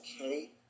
okay